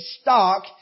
stock